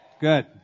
Good